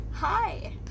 hi